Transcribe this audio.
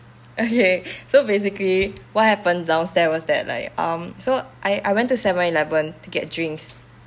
okay so basically what happened downstair was that like um so I I went to Seven Eleven to get drinks